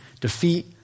defeat